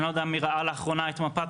אני לא יודע מי ראה לאחרונה את מפת